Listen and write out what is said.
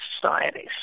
societies